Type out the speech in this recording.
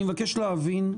אני מבקש להבין,